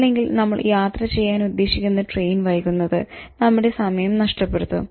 അല്ലെങ്കിൽ നമ്മൾ യാത്ര ചെയ്യാൻ ഉദ്ദേശിക്കുന്ന ട്രെയിൻ വൈകുന്നത് നമ്മുടെ സമയം നഷ്ടപ്പെടുത്തും